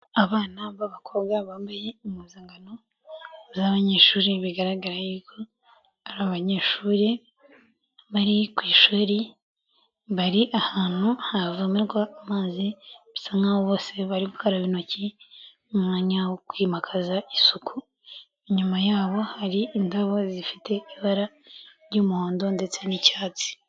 Abana b'abakobwa bambaye impuzankano z'abanyeshuri, bigaragara y'uko ari abanyeshuri, bari ku ishuri, bari ahantu havomerwa amazi, bisa nk'aho bose bari gukaraba intoki, mu mwanya wo kwimakaza isuku, inyuma yabo hari indabo zifite ibara ry'umuhondo ndetse n'icyatsi.